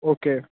okay